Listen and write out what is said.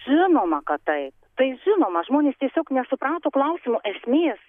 žinoma kad taip tai žinoma žmonės tiesiog nesuprato klausimo esmės